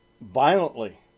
violently